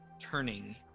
turning